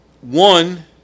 one